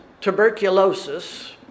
tuberculosis